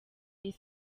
miss